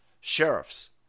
sheriffs